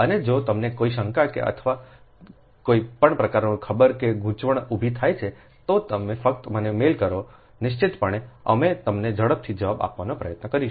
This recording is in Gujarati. અને જો તમને કોઈ શંકા છે અથવા તમને કોઈ પણ પ્રકારની ખબર છે કે ગૂંચવણ ઉભી થાય છે તમે ફક્ત મને મેઇલ કરો છો નિશ્ચિતપણે અમે તમને ઝડપથી જવાબ આપવાનો પ્રયત્ન કરીશું